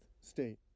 state